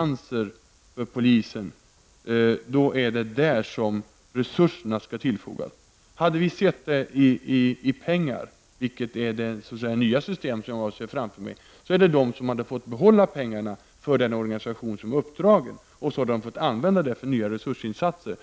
skall sättas in där polisen har vakanser. Om vi hade sett detta i pengar, vilket är det nya system som jag ser framför mig, hade de fått behålla pengarna för den organisation som finns formad och använda dem för nya resursinsatser.